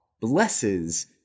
blesses